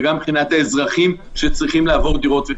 ותהיה פגיעה באזרחים שצריכים לעבור לדירות.